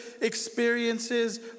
experiences